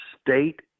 state